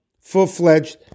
full-fledged